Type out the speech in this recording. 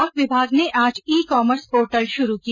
डाक विभाग ने आज ई कामर्स पोर्टल शुरू किया